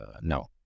no